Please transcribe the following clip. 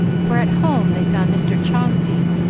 for at home they found mr. chauncey,